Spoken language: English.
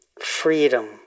freedom